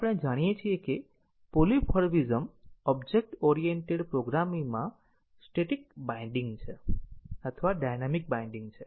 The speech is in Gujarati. આપણે જાણીએ છીએ કે પોલિમોર્ફિઝમ ઓબ્જેક્ટ ઓરિએન્ટેડ પ્રોગ્રામિંગમાં સ્ટેટિક બાઈન્ડીંગ છે અથવા ડાયનામિક બાઈન્ડીંગ છે